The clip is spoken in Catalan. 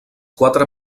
quatre